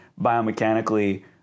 biomechanically